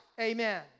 Amen